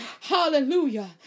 Hallelujah